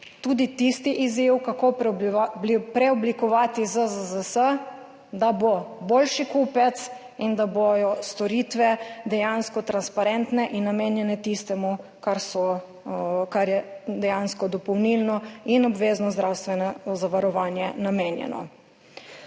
Tudi tisti izziv, kako preoblikovati ZZZS, da bo boljši kupec in da bodo storitve dejansko transparentne in namenjene tistemu, čemur je dejansko dopolnilno in obvezno zdravstveno zavarovanje namenjeno.